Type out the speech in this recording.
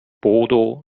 bodo